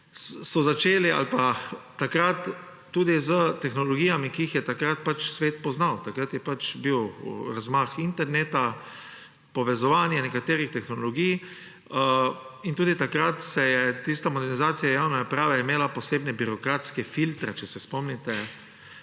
so začeli ali pa takrat tudi s tehnologijami, ki jih je takrat pač svet poznal, takrat je pač bil razmah interneta, povezovanje nekaterih tehnologij. In tudi takrat je tista modernizacija javne uprave imela posebne birokratske filtre – če se spomnite,